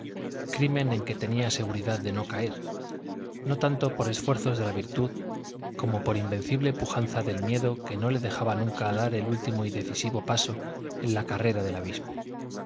crimen en que tenía seguridad de no caer no tanto por esfuerzos de la virtud como por invencible pujanza del miedo que no le dejaba nunca dar el último y decisivo paso en la carrera del abismo